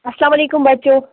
اسلامُ علیکم بَچو